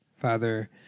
Father